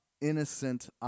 innocent